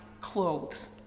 clothes